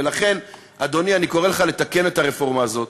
ולכן, אדוני, אני קורא לך לתקן את הרפורמה הזאת.